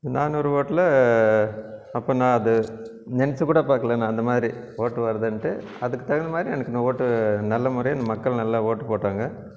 நானூறு ஓட்டில் அப்போது நான் அது நெனைச்சி கூட பார்க்கல நான் அந்த மாதிரி ஓட்டு வருதுனுட்டு அதுக்கு தகுந்த மாதிரி எனக்கு இந்த ஓட்டு நல்ல முறையில் மக்கள் நல்லா ஓட்டு போட்டாங்க